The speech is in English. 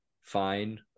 fine